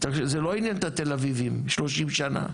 זה לא עניין את התל-אביבים שלושים שנה,